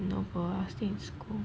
no bro I still in school